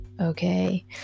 okay